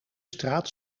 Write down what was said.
straat